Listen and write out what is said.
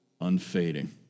unfading